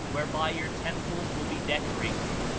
whereby your temples will be decorated,